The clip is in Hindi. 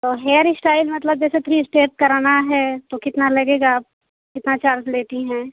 और हेयर इस्टाइल मतलब जैसे थ्री स्टेप कराना है तो कितना लगेगा आप कितना चार्ज लेती हैं